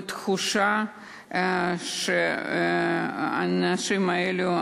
תחושה שהאנשים האלו,